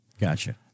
Gotcha